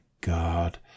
god